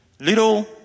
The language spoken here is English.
little